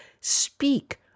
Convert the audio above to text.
Speak